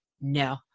no